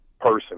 person